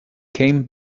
came